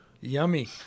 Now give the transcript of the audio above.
yummy